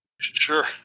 Sure